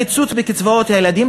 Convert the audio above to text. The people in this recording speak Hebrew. הקיצוץ בקצבאות הילדים.